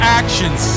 actions